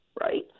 right